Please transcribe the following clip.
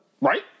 Right